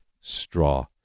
straw